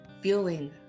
feeling